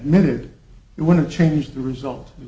method you want to change the result